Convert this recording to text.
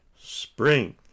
Spring